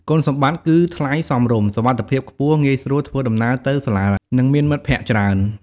គុណសម្បត្តិគឺថ្លៃសមរម្យ សុវត្ថិភាពខ្ពស់ ងាយស្រួលធ្វើដំណើរទៅសាលា និងមានមិត្តភក្តិច្រើន។